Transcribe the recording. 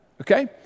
Okay